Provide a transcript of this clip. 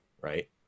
right